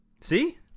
see